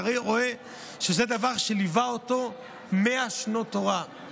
אתה רואה שזה דבר שליווה אותו 100 שנות תורה,